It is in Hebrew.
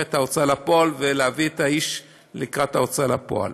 את ההוצאה לפועל ולהביא את האיש לקראת ההוצאה לפועל.